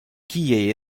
kie